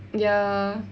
ya